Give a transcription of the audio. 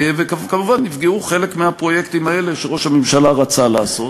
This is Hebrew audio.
וכמובן נפגעו חלק מהפרויקטים האלה שראש הממשלה רצה לעשות.